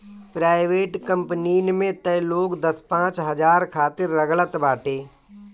private कंपनीन में तअ लोग दस पांच हजार खातिर रगड़त बाटे